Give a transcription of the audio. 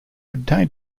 obtained